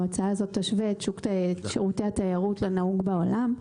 ההצעה הזו תשווה את שירותי התיירות לנהוג בעולם.